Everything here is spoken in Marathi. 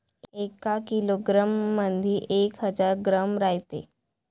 एका किलोग्रॅम मंधी एक हजार ग्रॅम रायते